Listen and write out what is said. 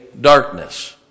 darkness